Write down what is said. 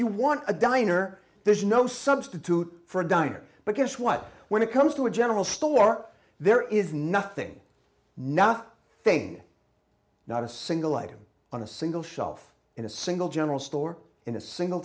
you want a diner there's no substitute for a diner but guess what when it comes to a general store there is nothing not thing not a single item on a single shelf in a single general store in a single